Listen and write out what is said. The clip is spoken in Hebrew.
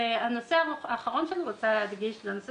הנושא האחרון שאני רוצה להדגיש הוא הנושא